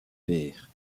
pairs